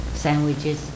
sandwiches